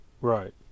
Right